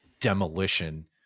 demolition